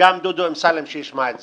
וגם שדודי אמסלם ישמע את זה.